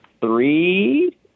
three